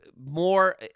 more